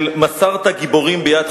הוא מפריע לכם?